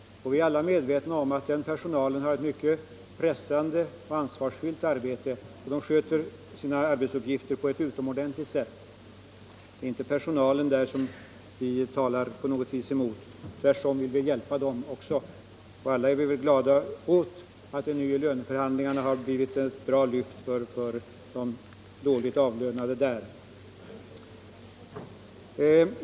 Vi är alla medvetna om att den personalen har ett mycket pressande och ansvarsfyllt arbete, som den sköter på ett utomordentligt sätt. Vi har ingenting emot personalen utan vill tvärtom hjälpa den. Alla är vi väl glada över att löneförhandlingarna har medfört ett bra lyft för de dåligt avlönade inom sjukvården.